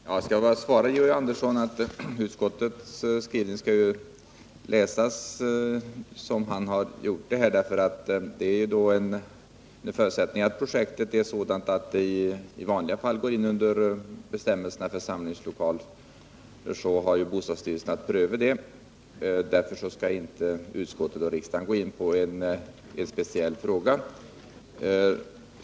Herr talman! Jag skall bara svara Georg Andersson att utskottets skrivning skall läsas som han har gjort här. En förutsättning är ju att projektet är sådant att det i vanliga fall går in under bestämmelserna för samlingslokaler, och då har bostadsstyrelsen att pröva det. Därför skall inte utskottet och riksdagen gå in på en speciell fråga.